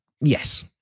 Yes